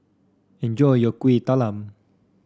enjoy your Kueh Talam